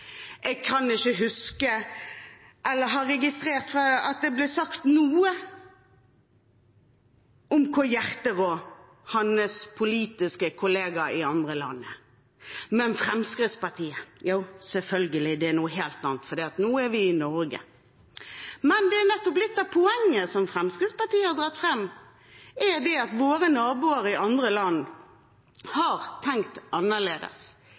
Jeg kan ikke huske, eller har registrert, at det ble sagt noe om hvor hjerterå hans politiske kollegaer i andre land er. Men Fremskrittspartiet – selvfølgelig, det er noe helt annet, for nå er vi i Norge. Men nettopp litt av poenget som Fremskrittspartiet har dratt fram, er at våre naboer i andre land har tenkt annerledes.